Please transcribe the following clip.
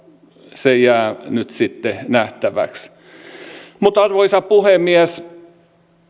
se jää nyt sitten nähtäväksi arvoisa puhemies